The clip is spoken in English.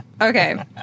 Okay